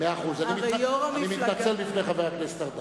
אני מתנצל בפני חבר הכנסת ארדן.